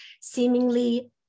seemingly